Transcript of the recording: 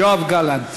השר יואב גלנט.